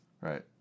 Right